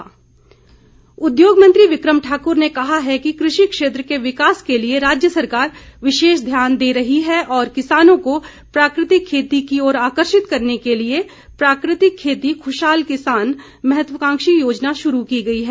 बिक्रम ठाक्र उद्योग मंत्री बिक्रम ठाकुर ने कहा है कि कृषि क्षेत्र के विकास के लिए राज्य सरकार विशेष ध्यान दे रही है और किसानों को प्राकृतिक खेती की ओर आकर्षित करने के लिए प्राकृतिक खेती खुशहाल किसान महत्वाकांक्षी योजना शुरू की गई है